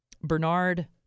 Bernard